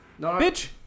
Bitch